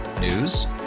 News